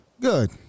Good